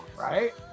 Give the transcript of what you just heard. right